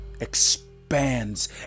expands